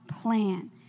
plan